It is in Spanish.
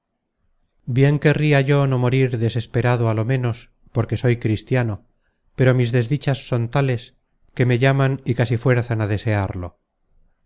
bien querria yo no morir desesperado á lo ménos porque soy cristiano pero mis desdichas son tales que me llaman y casi fuerzan á desearlo